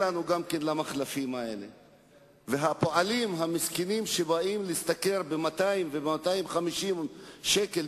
למדינה אחרת ולהתנהלות מתוקנת של חברי